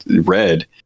red